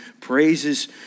praises